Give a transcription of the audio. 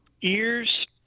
ears